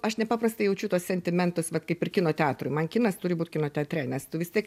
aš nepaprastai jaučiu tuos sentimentus vat kaip ir kino teatrui man kinas turi būt kino teatre nes tu vis tiek